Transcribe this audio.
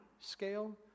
scale